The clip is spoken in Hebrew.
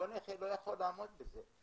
אותו נכה לא יכול לעמוד בזה.